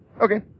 Okay